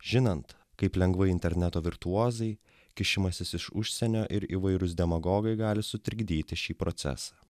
žinant kaip lengvai interneto virtuozai kišimasis iš užsienio ir įvairūs demagogai gali sutrikdyti šį procesą